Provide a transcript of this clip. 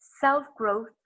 self-growth